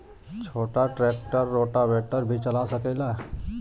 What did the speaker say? छोटा tractor rotavator भी चला सकेला?